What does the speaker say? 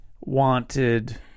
wanted